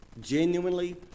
genuinely